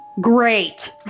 Great